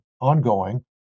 ongoing